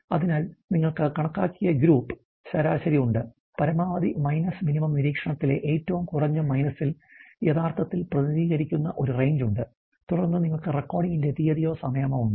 അതിനാൽ നിങ്ങൾക്ക് കണക്കാക്കിയ ഗ്രൂപ്പ് ശരാശരി ഉണ്ട് പരമാവധി മൈനസ് മിനിമം നിരീക്ഷണത്തിലെ ഏറ്റവും കുറഞ്ഞ മൈനസിൽ യഥാർത്ഥത്തിൽ പ്രതിനിധീകരിക്കുന്ന ഒരു range ണ്ട് തുടർന്ന് നിങ്ങൾക്ക് റെക്കോർഡിംഗിന്റെ തീയതിയോ സമയമോ ഉണ്ട്